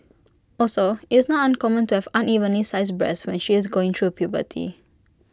also IT is not uncommon to have unevenly sized breasts when she is going through puberty